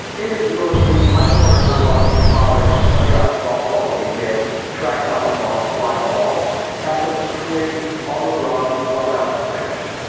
in his eulogy, michael remembered watching his father in a synagogue softball league game, tracked down a long fly ball effortlessly on the wrong glove outstretched.